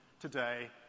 today